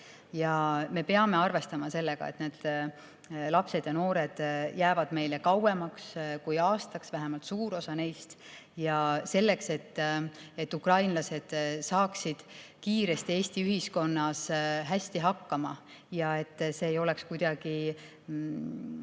Me peame arvestama sellega, et need lapsed ja noored jäävad meile kauemaks kui aastaks, vähemalt suur osa neist. Ja selleks, et ukrainlased saaksid kiiresti Eesti ühiskonnas hästi hakkama ja et see ei oleks kuidagi